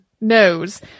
knows